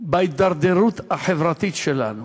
בהידרדרות החברתית שלנו.